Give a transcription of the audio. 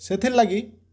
ସେଥିର୍ ଲାଗି